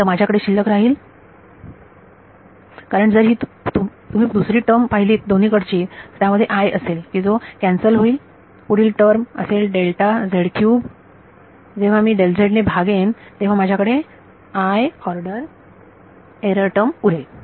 तर माझ्याकडे शिल्लक राहील कारण जर तुम्ही दुसरी टर्म पाहिलीत दोन्हीकडची तर त्यामध्ये असेल की जो कॅन्सल होईल पुढील टर्म असेल डेल्टा झेड क्यूब जेव्हा मी ने भागेन तेव्हा माझ्या कडे ऑर्डर ची एरर टर्म उरेल